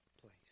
place